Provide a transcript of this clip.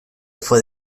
fue